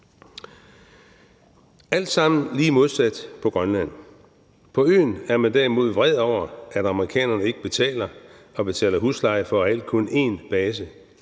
Alt sammen er lige modsat på Grønland. På øen er man derimod vred over, at amerikanerne ikke betaler og betaler husleje for i alt kun én base.